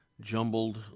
jumbled